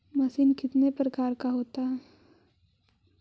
Machine कितने प्रकार का होता है?